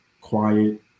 quiet